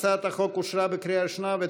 ההצעה להעביר את הצעת חוק רישוי שירותים